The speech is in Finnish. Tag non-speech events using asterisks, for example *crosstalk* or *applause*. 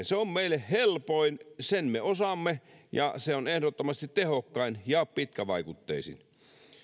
*unintelligible* se on meille helpoin tapa sen me osaamme ja se on ehdottomasti tehokkain ja pitkävaikutteisin